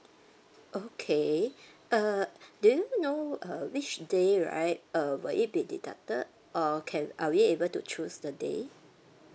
okay uh do you know uh which day right uh will it be deducted or can are we able to choose the day